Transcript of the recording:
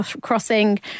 crossing